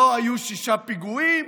לא היו שישה פיגועים.